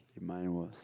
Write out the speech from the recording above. mine was